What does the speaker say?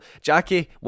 Jackie